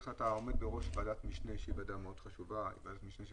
אתה עומד בראש ועדת משנה שהיא ועדה מאוד חשובה ויש בה